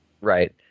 Right